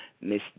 Miss